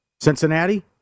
Cincinnati